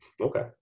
Okay